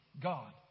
God